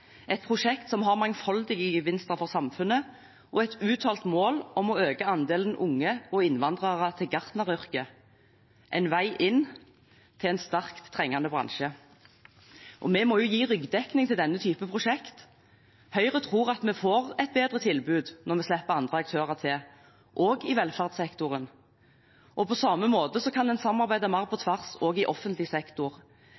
et prosjekt som har mangfoldige gevinster for samfunnet og et uttalt mål om å øke andelen unge og innvandrere i gartneryrket – en vei inn til en sterkt trengende bransje. Vi må gi ryggdekning til denne typen prosjekter. Høyre tror at vi får et bedre tilbud når vi slipper andre aktører til, også i velferdssektoren. På samme måte kan en samarbeide mer på